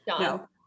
no